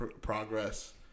progress